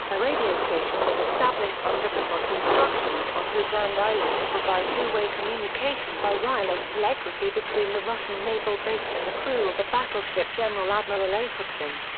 a radio station was established under popov's instructions on hogland island to provide two-way communication by wireless telegraphy between the russian naval base and the crew of the battleship general-admiral apraksin.